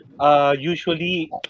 usually